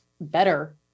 better